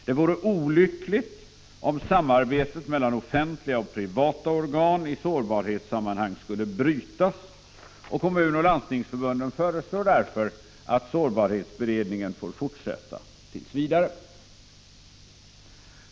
Det vore olyckligt om samarbetet mellan offentliga och privata organ i sårbarhetssammanhang skulle brytas. Kommunoch landstingsförbunden föreslår därför att sårbarhetsberedningen får fortsätta tills vidare.